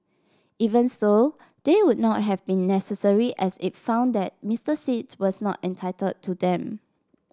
even so they would not have been necessary as it found that Mister Sit was not entitled to them